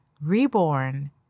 Reborn